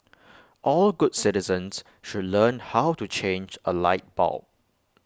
all good citizens should learn how to change A light bulb